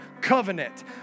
covenant